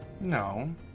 No